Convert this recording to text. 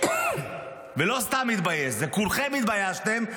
ולא סתם התבייש, כולכם התביישתם.